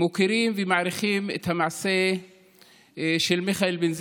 מוקירים ומעריכים את המעשה של מיכאל בן זיקרי.